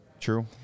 true